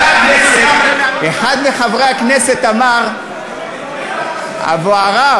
אחד מחברי הכנסת אמר אבו עראר,